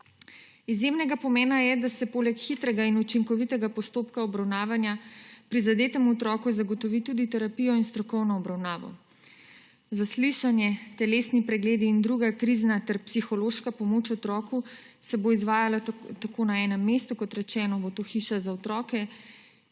Izjemnega pomena je, da se poleg hitrega in učinkovitega postopka obravnavanja prizadetemu otroku zagotovi tudi terapijo in strokovno obravnavo. Zaslišanje, telesni pregledi in druga krizna ter psihološka pomoč otroku se bodo tako izvajali na enem mestu, kot rečeno bo to hiša za otroke,